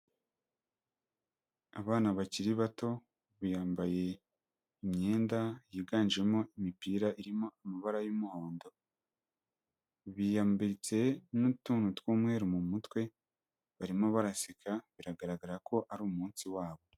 Abana bakiri bato, biyambariye imyenda yiganjemo imipira irimo amabara y'umuhondo, biyambitse n'utuntu tw'umweru mu mutwe, barimo baraseka biragaragara ko ari umunsi wabo.